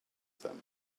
them